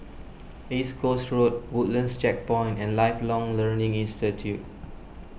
East Coast Road Woodlands Checkpoint and Lifelong Learning Institute